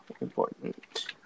important